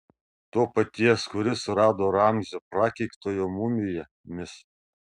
to paties kuris surado ramzio prakeiktojo mumiją mis